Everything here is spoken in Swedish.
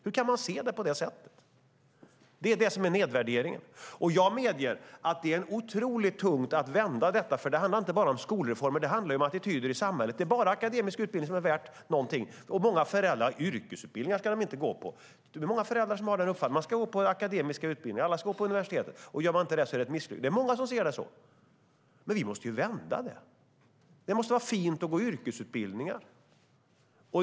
Hur kan man se det på det sättet? Det är det som är nedvärderingen. Jag medger att det är otroligt tungt att vända detta. Det handlar nämligen inte bara om skolreformer, utan det handlar om attityder i samhället. Det är bara akademisk utbildning som är värd någonting, och många föräldrar tycker inte att deras barn ska gå på yrkesutbildningar. Det är många föräldrar som har den uppfattningen. Alla ska gå på universitet och få en akademisk utbildning. Gör man inte det är det ett misslyckande. Det är många som ser det så. Men vi måste vända detta. Det måste vara fint att gå yrkesutbildningar.